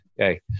Okay